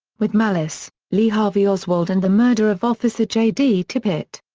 with malice lee harvey oswald and the murder of officer j d. tippit.